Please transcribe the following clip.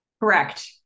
Correct